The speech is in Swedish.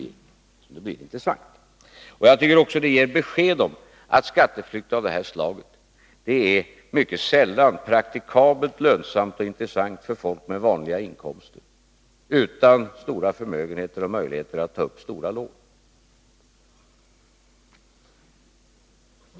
Jag tycker att det ger besked om att skatteflyki 2v det här slaget mycket sällan är praktiskt lönsamt och intressant för folk med vanliga inkomster utan stora förmögenheter och möjligheter att ta upp stora lån.